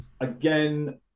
Again